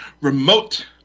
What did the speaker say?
Remote